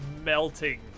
melting